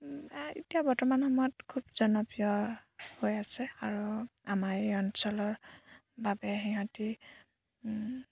এতিয়া বৰ্তমান সময়ত খুব জনপ্ৰিয় হৈ আছে আৰু আমাৰ এই অঞ্চলৰ বাবে সিহঁতে